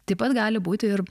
taip pat gali būti ir